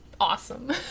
awesome